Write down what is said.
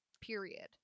period